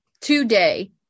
today